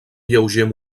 lleuger